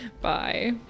Bye